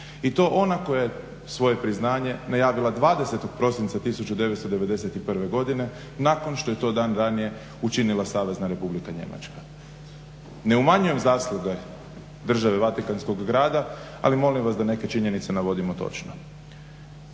i to ona koja je svoje priznanje najavila 20. prosinca 1991. godine nakon što je to dan ranije učinila Savezna Republika Njemačka. Ne umanjujem zasluge države Vatikanskog Grada ali molim vas da neke činjenice navodimo točno